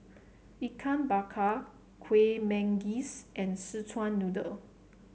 Ikan Bakar Kueh Manggis and Szechuan Noodle